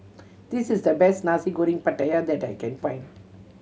this is the best Nasi Goreng Pattaya that I can find